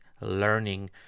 learning